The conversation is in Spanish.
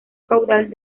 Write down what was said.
caudal